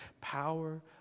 power